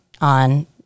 on